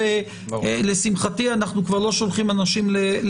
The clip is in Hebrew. אנחנו לא בעידן שבו הבנקים נמצאים מעבר לפינה.